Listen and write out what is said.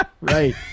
right